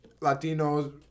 Latinos